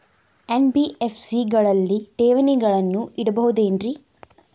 NBFC ಗಳಲ್ಲಿ ಠೇವಣಿಗಳನ್ನು ಇಡಬಹುದೇನ್ರಿ?